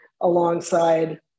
alongside